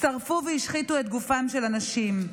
שרפו והשחיתו את גופם של אנשים.